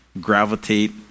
gravitate